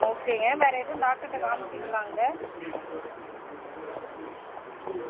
ஓகேங்க வேறு எதுவும் டாக்டர்கிட்ட காமிச்சிங்களா அங்கே ம்